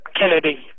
Kennedy